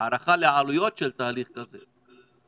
הערכה לעלויות של תהליך כזה?